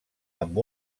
amb